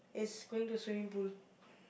is going to swimming pool